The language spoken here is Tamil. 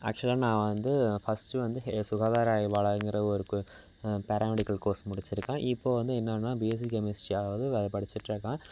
ஆக்சுவலாக நான் வந்து ஃபஸ்ட்டு வந்து சுகாதார ஆய்வாளர்ங்கிற ஒரு பாராமெடிக்கல் கோர்ஸ் முடித்திருக்கேன் இப்போது வந்து என்னன்னா பிஎஸ்சி கெமிஸ்ட்ரி அதாவது வேறு படிச்சுட்டு இருக்கேன்